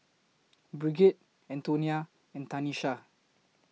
Brigid Antonia and Tanesha